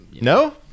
No